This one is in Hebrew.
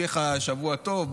שיהיה לך שבוע טוב,